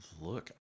Look